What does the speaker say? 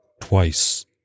Twice